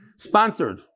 Sponsored